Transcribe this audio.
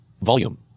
Volume